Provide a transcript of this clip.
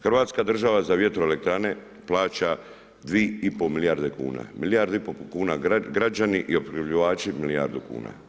Hrvatska država za vjetroelektrane plaća 2,5 milijarde kuna, milijardu i pol kuna građani i opskrbljivači milijardu kuna.